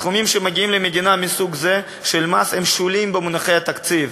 הסכומים שמגיעים למדינה מסוג זה של מס הם שוליים במונחי התקציב,